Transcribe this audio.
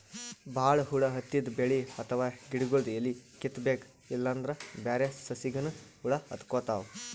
ಭಾಳ್ ಹುಳ ಹತ್ತಿದ್ ಬೆಳಿ ಅಥವಾ ಗಿಡಗೊಳ್ದು ಎಲಿ ಕಿತ್ತಬೇಕ್ ಇಲ್ಲಂದ್ರ ಬ್ಯಾರೆ ಸಸಿಗನೂ ಹುಳ ಹತ್ಕೊತಾವ್